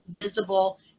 visible